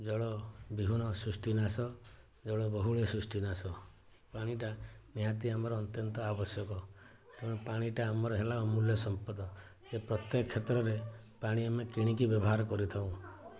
ଜଳ ବିହୁନେ ସୃଷ୍ଟି ନାଶ ଜଳ ବହୁଳେ ସୃଷ୍ଟି ନାଶ ପାଣିଟା ନିହାତି ଆମର ଅତ୍ୟନ୍ତ ଆବଶ୍ୟକ ତେଣୁ ପାଣିଟା ଆମର ହେଲା ଅମୂଲ୍ୟ ସମ୍ପଦ ଏ ପ୍ରତ୍ୟେକ କ୍ଷେତ୍ରରେ ପାଣି ଆମେ କିଣିକି ବ୍ୟବହାର କରିଥାଉ